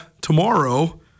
tomorrow